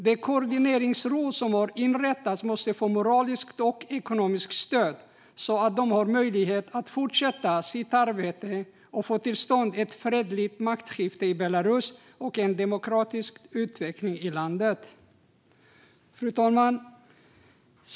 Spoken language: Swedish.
Det koordineringsråd som har inrättats måste få moraliskt och ekonomiskt stöd så att det har möjlighet att fortsätta sitt arbete och få till stånd ett fredligt maktskifte i Belarus och en demokratisk utveckling i landet. Fru talman!